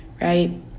right